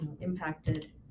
impacted